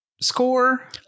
score